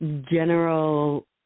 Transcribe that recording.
general